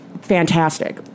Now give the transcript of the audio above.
fantastic